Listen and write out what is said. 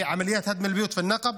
בהריסת הבתים בנגב,